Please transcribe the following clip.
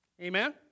Amen